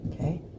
Okay